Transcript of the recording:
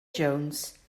jones